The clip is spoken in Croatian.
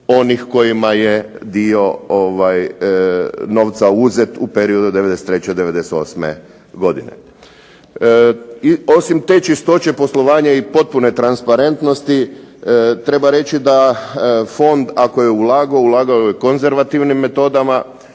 onih kojima je dio novca uzet u periodu od 93. do 98. godine. Osim te čistoće poslovanja i potpune transparentnosti, treba reći da Fond ako je ulagao, ulagao je konzervativnim metodama,